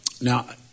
Now